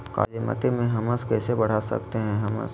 कालीमती में हमस कैसे बढ़ा सकते हैं हमस?